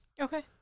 Okay